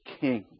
king